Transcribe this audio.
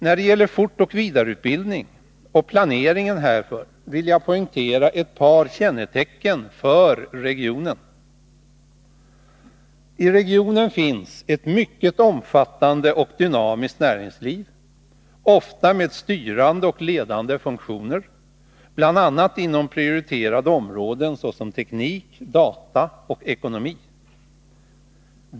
När det gäller fortoch vidareutbildning och planering härför vill jag poängtera ett par kännetecken för regionen. I regionen finns ett mycket omfattande och dynamiskt näringsliv, ofta med styrande och ledande funktioner, bl.a. inom prioriterade områden såsom teknik, data och ekonomi.